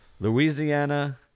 Louisiana